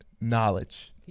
knowledge